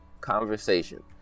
conversation